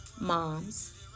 Moms